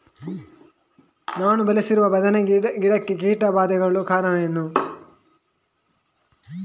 ನಾನು ಬೆಳೆಸಿರುವ ಬದನೆ ಗಿಡಕ್ಕೆ ಕೀಟಬಾಧೆಗೊಳಗಾಗಲು ಕಾರಣವೇನು?